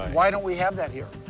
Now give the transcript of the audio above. why don't we have that here?